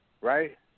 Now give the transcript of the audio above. Right